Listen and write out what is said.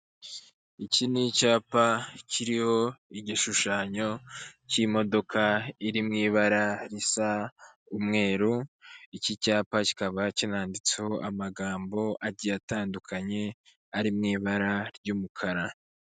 Iki ni icyapa kiriho igishushanyo k'imodoka, iri mu ibara risa umweru, iki cyapa kikaba kinanditseho amagambo agiye atandukanye ari mu ibara ry'umukara.